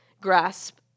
grasp